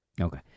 Okay